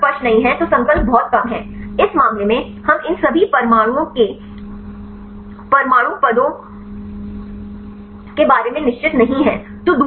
यदि नक्शा स्पष्ट नहीं है तो संकल्प बहुत कम है इस मामले में हम इन सभी परमाणुओं के परमाणु पदों के बारे में निश्चित नहीं हैं